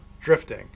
drifting